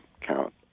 count